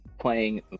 playing